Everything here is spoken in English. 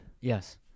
Yes